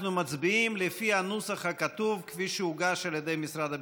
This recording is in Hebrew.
אנחנו מצביעים לפי הנוסח הכתוב כפי שהוגש על ידי משרד הביטחון,